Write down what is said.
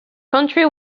county